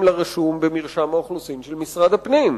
לרשום במרשם האוכלוסין של משרד הפנים,